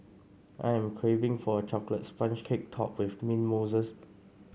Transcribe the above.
I am craving for a chocolate sponge cake topped with mint mousse